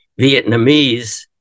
Vietnamese